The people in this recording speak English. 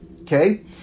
Okay